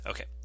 Okay